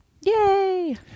Yay